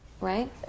Right